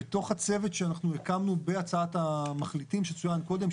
בתוך הצוות שאנחנו הקמנו בהצעת המחליטים שצוין קודם,